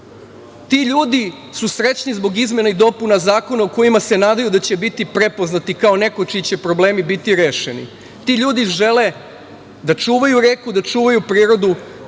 ljudi su srećni zbog izmena i dopuna zakona o kojima se nadaju da će biti prepoznati kao neko čiji će problemi biti rešeni. Ti ljudi žele da čuvaju reku, da čuvaju prirodu. Ti